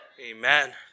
Amen